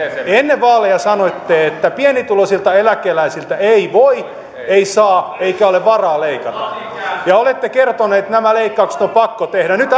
ennen vaaleja sanoitte että pienituloisilta eläkeläisiltä ei voi ei saa eikä ole varaa leikata nyt olette kertonut että nämä leikkaukset on pakko tehdä nyt